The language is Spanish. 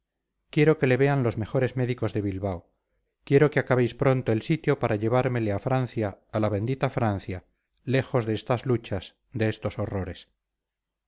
quiero que le vean los mejores médicos de bilbao quiero que acabéis pronto el sitio para llevármele a francia a la bendita francia lejos de estas luchas de estos horrores